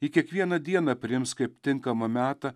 ji kiekvieną dieną priims kaip tinkamą metą